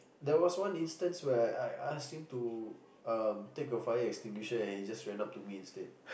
there was one instance where I ask him to um take a fire extinguisher and he just ran up to me instead